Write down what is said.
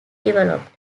developed